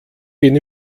bin